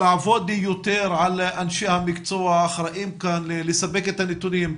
לעבוד יותר עם אנשי המקצוע האחראים לספק את הנתונים.